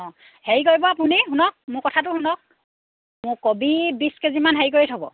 অঁ হেৰি কৰিব আপুনি শুনক মোৰ কথাটো শুনক কবি বিছ কেজিমান হেৰি কৰি থ'ব